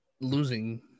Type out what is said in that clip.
losing